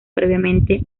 previamente